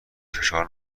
فشار